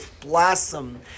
blossom